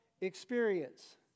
experience